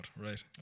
right